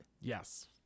yes